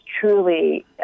truly